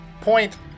point